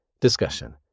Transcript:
Discussion